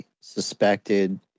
suspected